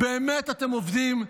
באמת אתם עובדים?